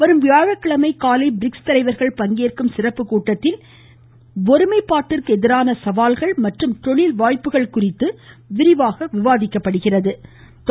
வரும் வியாழக்கிழமை காலை பிரிக்ஸ் தலைவர்கள் பங்கேற்கும் சிறப்பு கூட்டத்தில் தேசிய ஒருமைப்பாட்டிற்கு எதிரான சவால்கள் மற்றும் தொழில்வாய்ப்புகள் குறித்து விரிவாக விவாதிக்கப்படுகிறது